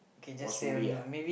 watch movie ah